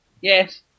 Yes